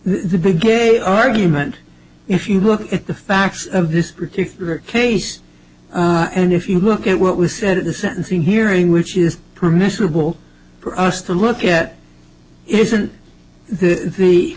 the big a argument if you look at the facts of this particular case and if you look at what was said at the sentencing hearing which is permissible for us to look at isn't th